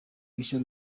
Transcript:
bishya